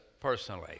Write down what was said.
personally